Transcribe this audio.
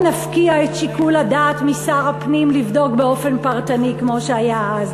נפקיע את שיקול הדעת משר הפנים לבדוק באופן פרטני כמו שהיה אז?